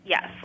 Yes